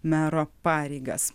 mero pareigas